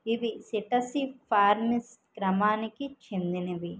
ఇవి Psittaciformes క్రమానికి చెందినవి